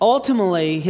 Ultimately